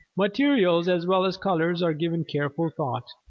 materials as well as colors are given careful thought.